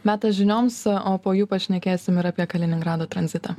metas žinioms o po jų pašnekėsim ir apie kaliningrado tranzitą